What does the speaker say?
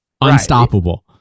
unstoppable